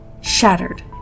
Shattered